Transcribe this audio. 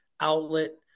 outlet